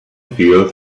field